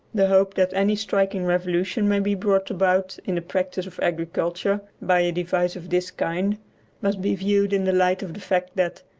the hope that any striking revolution may be brought about in the practice of agriculture by a device of this kind must be viewed in the light of the fact that,